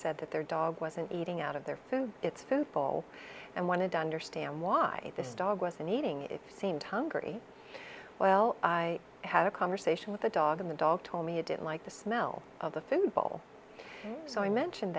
said that their dog wasn't eating out of their food it's sinful and wanted to understand why this dog was and eating it seemed hungry well i had a conversation with a dog in the dog told me he didn't like the smell of the food bowl so i mentioned